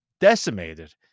decimated